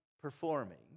performing